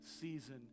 season